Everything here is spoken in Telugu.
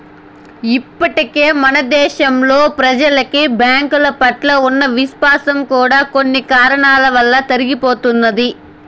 ఇప్పటికే మన దేశంలో ప్రెజలకి బ్యాంకుల పట్ల ఉన్న విశ్వాసం కూడా కొన్ని కారణాల వలన తరిగిపోతున్నది